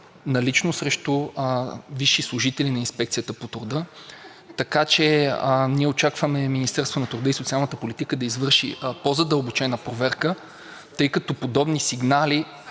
налично срещу висши служители на Инспекцията по труда. Така че ние очакваме Министерството на труда и социалната политика да извърши по-задълбочена проверка, тъй като подобни сигнали